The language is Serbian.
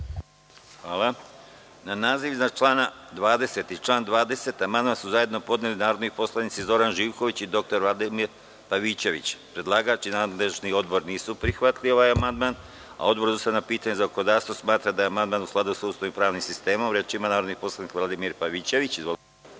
Na naziv iznad člana 20. i član 20. amandman su zajedno podneli narodni poslanici Zoran Živković i Vladimir Pavićević. Predlagač i nadležni Odbor nisu prihvatili amandman. Odbor za ustavna pitanja i zakonodavstvo smatra da je amandman u skladu sa ustavom i pravnim sistemom. Reč ima narodni poslanik Vladimir Pavićević. Izvolite.